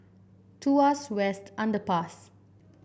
Tuas West Underpass